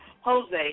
Jose